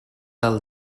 del